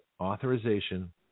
authorization